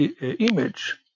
image